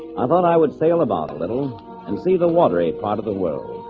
i thought i would sail about a little and see the watery part of the world